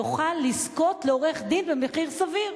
יוכל לזכות לעורך-דין במחיר סביר.